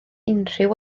unrhyw